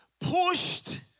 Pushed